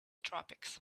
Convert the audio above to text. tropics